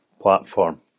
platform